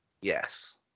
Yes